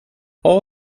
all